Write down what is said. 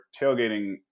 tailgating